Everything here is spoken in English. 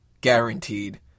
Guaranteed